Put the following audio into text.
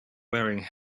wearing